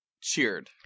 Cheered